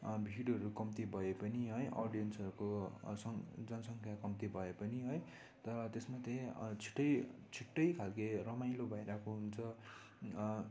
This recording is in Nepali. भिडहरू कम्ती भए पनि है अडियन्सहरूको सङ् जनसङ्ख्या कम्ती भए पनि है तर त्यसमा त छुट्टै छुट्टै खाले रमाइलो भइरहेको हुन्छ